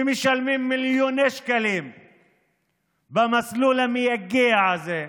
ומשלמים מיליוני שקלים במסלול המייגע הזה,